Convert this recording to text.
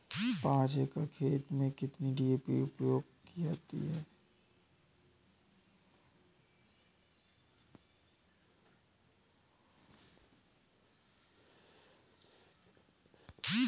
पाँच एकड़ खेत में कितनी डी.ए.पी उपयोग की जाती है?